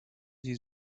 sie